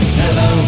hello